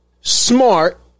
smart